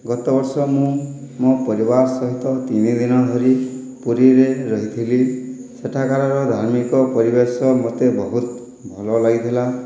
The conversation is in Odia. ଗତବର୍ଷ ମୁଁ ମୋ ପରିବାର ସହିତ ତିନିଦିନ ଧରି ପୁରୀରେ ରହିଥିଲି ସେଠାକାରର ଧାର୍ମିକ ପରିବେଶ ମୋତେ ବହୁତ ଭଲ ଲାଗିଥିଲା